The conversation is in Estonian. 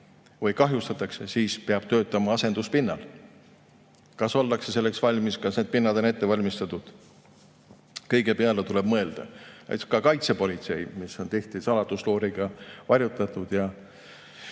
seda kahjustatakse, siis peab töötama asenduspinnal. Kas ollakse selleks valmis, kas need pinnad on ette valmistatud? Kõige peale tuleb mõelda. Kuidas ka kaitsepolitsei, mis on tihti saladuslooriga varjutatud